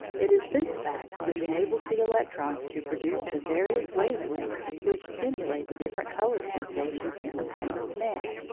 it is this fact which enables the electrons to produce the various wave-lengths which stimulate the different colour sensations in the brain of man.